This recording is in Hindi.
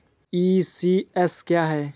ई.सी.एस क्या है?